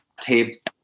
tapes